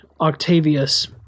Octavius